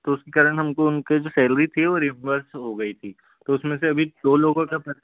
तो उसके कारण हमको उनके जो सैलरी थी वो रिवर्स हो गयी थी तो उसमें से अभी दो लोगों का पैसा